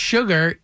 Sugar